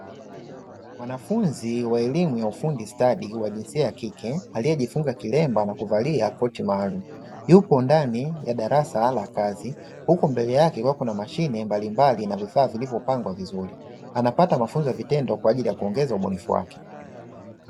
Mwanafunzi wa elimu ya ufundi stadi wa jinsia ya kike aliyejifunga kilemba na kuvalia koti maalumu, yupo ndani ya darasa la kazi huku mbele yake kukiwa kuna mashine mbalimbali na vifaa vilivyopangwa vizuri. Anapata mafunzo ya vitendo kwa ajili ya kuongeza ubunifu wake.